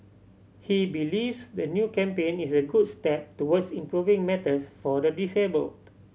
he believes the new campaign is a good step towards improving matters for the disabled